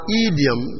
idiom